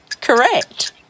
Correct